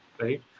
right